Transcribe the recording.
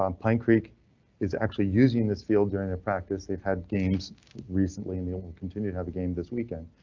um pine creek is actually using this field during their practice. they've had games recently and they will continue to have a game this weekend.